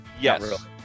Yes